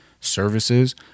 services